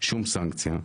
שום סנקציה.